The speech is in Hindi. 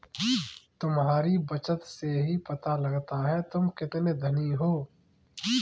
तुम्हारी बचत से ही पता लगता है तुम कितने धनी हो